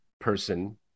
person